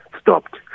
stopped